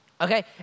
Okay